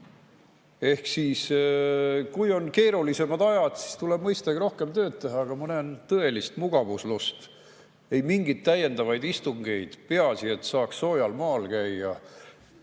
Ehk kui on keerulisemad ajad, siis tuleb mõistagi rohkem tööd teha. Aga ma näen tõelist mugavuslust. Ei mingeid täiendavaid istungeid. Peaasi, et saaks soojal maal käia.